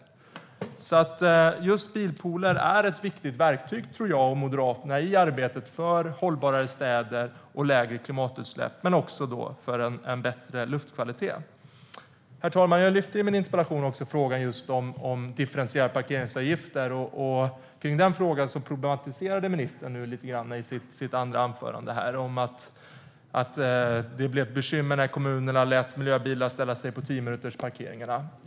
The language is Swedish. Jag och Moderaterna tror att bilpooler är ett viktigt verktyg i arbetet för hållbarare städer, lägre klimatutsläpp och också för en bättre luftkvalitet. Herr talman! Jag lyfter i min interpellation också upp frågan om differentierade parkeringsavgifter. Kring den frågan problematiserade ministern lite grann i sitt andra anförande. Hon sa att det blev bekymmer när kommunerna lät miljöbilar ställa sig på tiominutersparkeringarna.